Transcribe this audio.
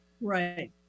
right